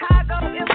Chicago